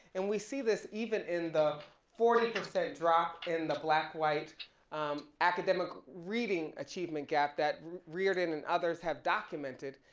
and we see this even in the forty percent drop in the black, white academic reading achievement gap that reardon and others have documented.